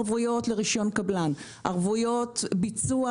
ערבויות לרישיון קבלן וערבויות ביצוע